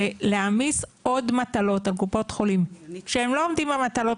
שלהעמיס עוד מטלות על קופות החולים כשהם לא עומדים במטלות